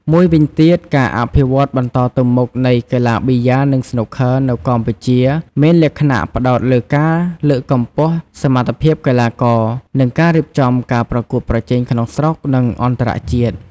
មួយវិញទៀតការអភិវឌ្ឍន៍បន្តទៅមុខនៃកីឡាប៊ីយ៉ានិងស្នូកឃ័រនៅកម្ពុជាមានលក្ខណៈផ្តោតលើការលើកកម្ពស់សមត្ថភាពកីឡាករ និងការរៀបចំការប្រកួតប្រជែងក្នុងស្រុក និងអន្តរជាតិ។